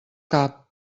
cap